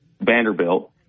Vanderbilt